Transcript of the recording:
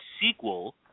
sequel